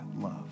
love